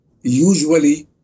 usually